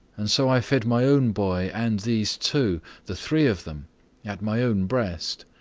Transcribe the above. and so i fed my own boy and these two the three of them at my own breast.